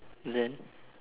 then